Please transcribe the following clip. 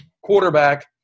quarterback